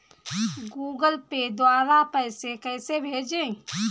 Google Pay द्वारा पैसे कैसे भेजें?